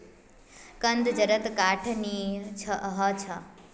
कंद जड़त गांठ नी ह छ